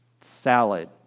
salad